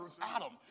Adam